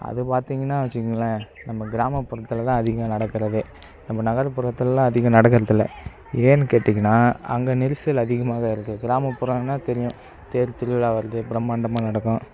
அது பார்த்தீங்னா வச்சுக்குங்களேன் நம்ம கிராமப்புறத்தில்தான் அதிகமாக நடக்கிறதே நம்ம நகர்ப்புறத்துலெல்லாம் அதிகமாக நடக்கிறது இல்லை ஏன்னு கேட்டீங்கனா அங்கே நெரிசல் அதிகமாக தான் இருக்குது கிராமப்புறோம்னால் தெரியும் தேர் திருவிழா வருது பிரம்மாண்டமாக நடக்கும்